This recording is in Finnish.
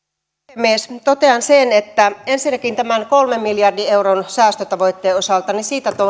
puhemies totean ensinnäkin tämän kolmen miljardin euron säästötavoitteeseen osalta että siitä